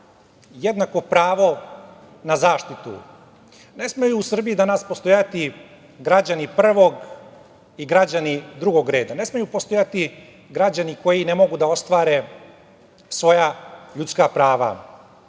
jednako pravo na zaštitu. Ne smeju u Srbiji danas postojati građani prvog i građani drugog reda. Ne smeju postojati građani koji ne mogu da ostvare svoja ljudska prava,